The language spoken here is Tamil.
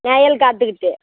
நிழல் காத்துக்கிட்டு